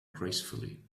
gracefully